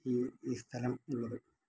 ഈ ഈ സ്ഥലം ഉള്ളത്